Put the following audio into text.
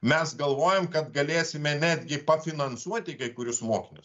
mes galvojam kad galėsime netgi pafinansuoti kai kuriuos mokinius